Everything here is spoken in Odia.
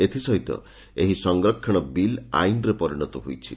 ଏଥିସହିତ ଏହି ସଂରକ୍ଷଣ ବିଲ୍ ଆଇନ୍ରେ ପରିଶତ ହୋଇଛି